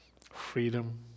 freedom